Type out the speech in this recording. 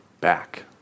back